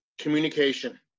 Communication